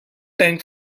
tank